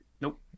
Nope